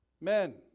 men